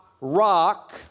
rock